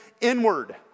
inward